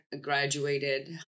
graduated